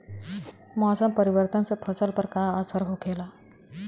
मौसम परिवर्तन से फसल पर का असर होखेला?